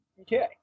Okay